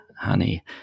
honey